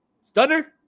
Stunner